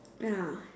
ya